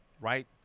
right